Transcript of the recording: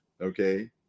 Okay